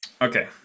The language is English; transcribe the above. Okay